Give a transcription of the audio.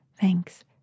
Thanks